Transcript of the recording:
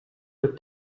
les